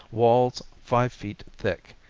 walls five feet thick,